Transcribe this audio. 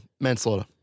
Manslaughter